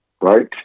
right